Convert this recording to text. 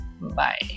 Bye